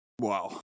wow